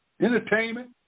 Entertainment